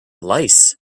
lice